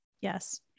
yes